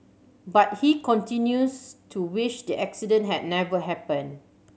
but he continues to wish the accident had never happened